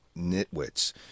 nitwits